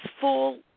full